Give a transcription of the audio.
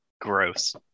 Gross